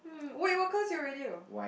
wait what close your radio